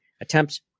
attempts